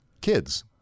kids